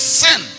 sin